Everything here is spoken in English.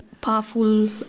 powerful